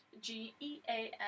G-E-A-N